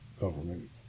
government